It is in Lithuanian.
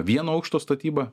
vieno aukšto statyba